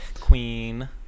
Queen